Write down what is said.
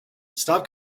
stop